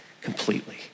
completely